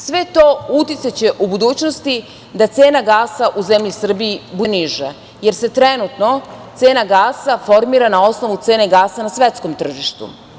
Sve to uticaće u budućnosti da cena gasa u zemlji Srbiji bude niža, jer se trenutno cena gasa formira na osnovu cene gasa na svetskom tržištu.